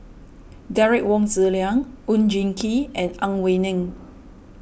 Derek Wong Zi Liang Oon Jin Gee and Ang Wei Neng